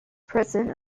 president